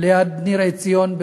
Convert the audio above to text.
ליד ניר-עציון,